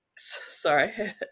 sorry